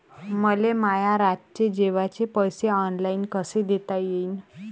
मले माया रातचे जेवाचे पैसे ऑनलाईन कसे देता येईन?